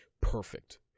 Perfect